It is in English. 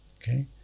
Okay